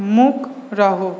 मूक रहू